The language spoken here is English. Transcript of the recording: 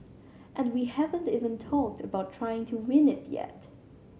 and we haven't even talked about trying to win it yet